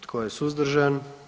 Tko je suzdržan?